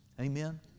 Amen